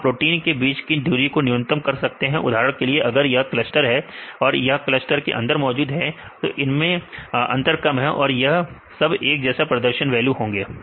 तो आप प्रोटीन के बीच की दूरी को न्यूनतम कर सकते हैं उदाहरण के लिए अगर यह क्लस्टर है और यह इस क्लस्टर के अंदर मौजूद होती है और इनमें अंतर कम है और इन सबकेएक जैसा प्रदर्शन वैल्यू होंगे